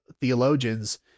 theologians